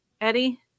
Eddie